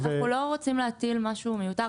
אנחנו לא רוצים להטיל משהו מיותר.